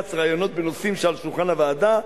כץ רעיונות בנושאים שעל שולחן הוועדה,